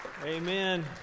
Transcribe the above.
Amen